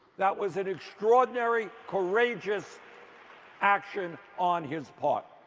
that was an extraordinary, courageous action on his part.